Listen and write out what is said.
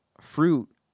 fruit